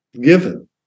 given